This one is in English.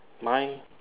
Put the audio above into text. mine